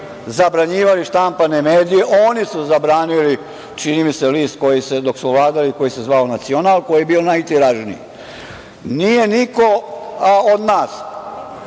zabranjivali štampane medije. Oni su zabranili, čini mi se, list koji se, dok su vladali, koji se zvao „Nacional“ koji je bio najtiražniji. Nije niko od nas